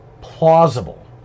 plausible